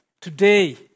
today